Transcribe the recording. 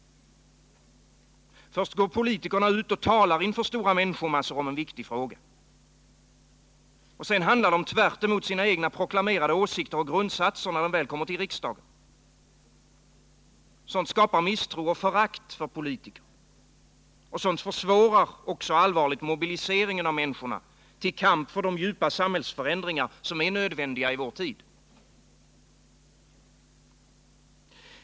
Först går politikerna ut och talar inför stora människomassor om en viktig fråga. Sedan handlar man tvärtemot sina egna proklamerade åsikter och grundsatser när man kommer till riksdagen. Sådant skapar misstro och förakt för politiker och försvårar också allvarligt mobiliseringen av människorna till kamp för de djupa samhällsförändringar som är nödvändiga i vår tid.